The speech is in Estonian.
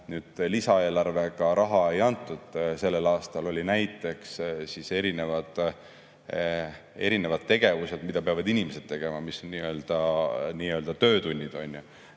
lisaeelarvega raha ei antud, sellel aastal olid näiteks erinevad tegevused, mida peavad inimesed tegema, nii‑öelda töötunnid.